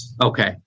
Okay